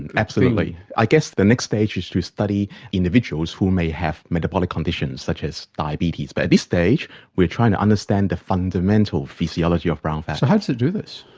and absolutely. i guess the next stage is to study individuals who may have metabolic conditions such as diabetes, but at this stage we are trying to understand the fundamental physiology of brown fat. so how does it do this?